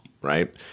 right